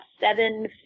seven